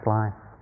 life